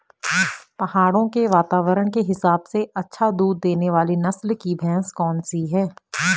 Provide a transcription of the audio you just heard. पहाड़ों के वातावरण के हिसाब से अच्छा दूध देने वाली नस्ल की भैंस कौन सी हैं?